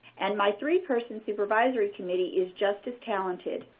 and my three-person supervisory committee is just as talented.